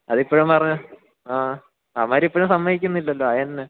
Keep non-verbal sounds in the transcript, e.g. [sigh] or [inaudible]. [unintelligible] ആ അവന്മാര് ഇപ്പോഴും സമ്മതിക്കുന്നില്ലല്ലോ അതെന്നാ